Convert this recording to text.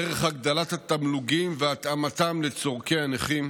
דרך הגדלת התמלוגים והתאמתם לצורכי הנכים